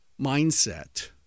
mindset